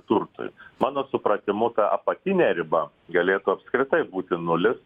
turtui mano supratimu apatinė riba galėtų apskritai būti nulis